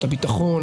את הביטחון,